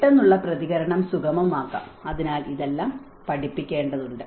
പെട്ടെന്നുള്ള പ്രതികരണം സുഗമമാക്കാം അതിനാൽ ഇതെല്ലാം പഠിപ്പിക്കേണ്ടതുണ്ട്